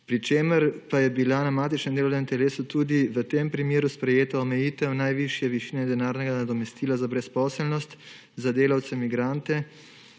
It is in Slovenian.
pri čemer pa je bila na matičnem delovnem telesu tudi v tem primeru sprejeta omejitev najvišje višine denarnega nadomestila za brezposelnost za delavce migrante,